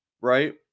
right